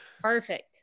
perfect